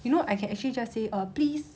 you know I can actually just say err please